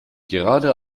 gerade